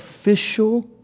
official